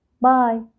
Bye